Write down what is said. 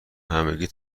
همگی